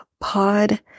pod